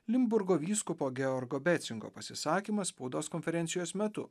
linburgo vyskupo georgo becingo pasisakymas spaudos konferencijos metu